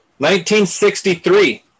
1963